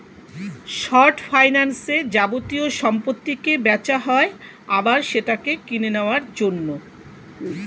short ফাইন্যান্সে যাবতীয় সম্পত্তিকে বেচা হয় আবার সেটাকে কিনে নেওয়ার জন্য